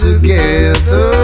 Together